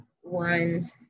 one